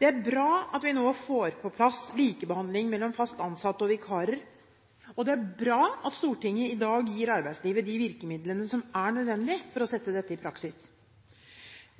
Det er bra at vi nå får på plass likebehandling mellom fast ansatte og vikarer, og det er bra at Stortinget i dag gir arbeidslivet de virkemidlene som er nødvendige for å sette dette ut i praksis.